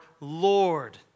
Lord